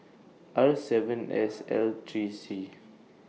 R seven S L three C